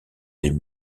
des